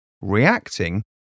Reacting